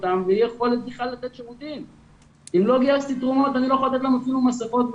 אם אלה גנים שהם משלמים והגנים היו סגורים,